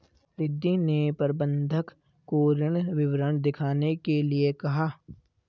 रिद्धी ने प्रबंधक को ऋण विवरण दिखाने के लिए कहा